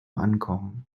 ankommen